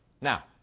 now